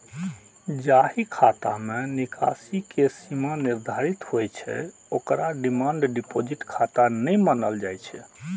जाहि खाता मे निकासी के सीमा निर्धारित होइ छै, ओकरा डिमांड डिपोजिट खाता नै मानल जाइ छै